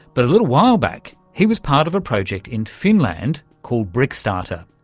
but a little while back he was part of a project in finland called brickstarter.